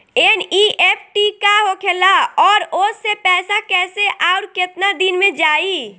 NEFT का होखेला और ओसे पैसा कैसे आउर केतना दिन मे जायी?